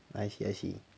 I see I see